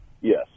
yes